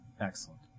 Excellent